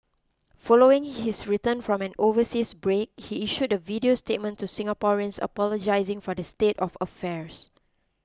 following his return from an overseas break he issued a video statement to Singaporeans apologising for the state of affairs